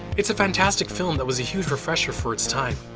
it's a fantastic film that was a huge refresher for its time.